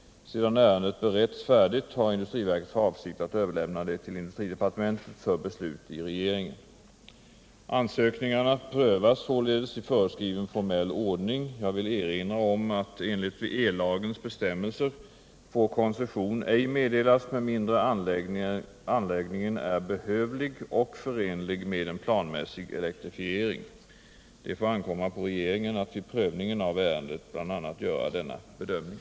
Sedan ärendet beretts färdigt har industriverket för avsikt att överlämna det till industridepartementet för beslut i regeringen. Ansökningarna prövas således i föreskriven formell ordning. Jag vill erinra om att enligt ellagens bestämmelser får koncession ej meddelas med mindre anläggningen är behövlig och förenlig med en planmässig elektrifiering. Det får ankomma på regeringen att vid prövningen av ärendet bl.a. göra denna bedömning.